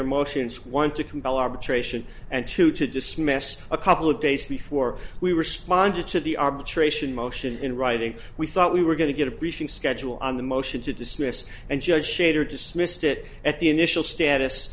their motions one to compel arbitration and two to dismiss a couple of days before we responded to the arbitration motion in writing we thought we were going to get a briefing schedule on the motion to dismiss and judge shater dismissed it at the initial status